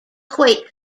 equate